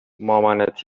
مامانت